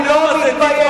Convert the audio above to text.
אני לא מתבייש.